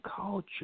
culture